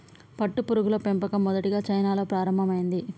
పట్టుపురుగుల పెంపకం మొదటిగా చైనాలో ప్రారంభమైంది